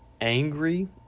angry